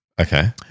Okay